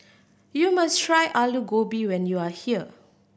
you must try Alu Gobi when you are here